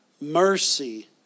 mercy